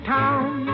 town